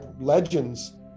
legends